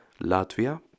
latvia